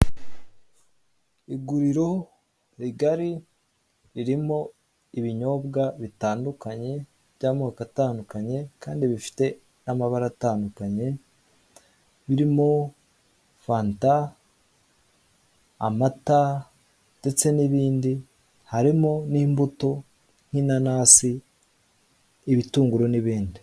Iguriro rigari ririmo ibinyobwa bitandukanye by'amoko atandukanye kandi bifite n'amabara atandukanye, birimo fanta, amata ndetse n'ibindi. Harimo n'imbuto nk'inanasi, ibitunguru n'ibindi.